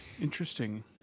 interesting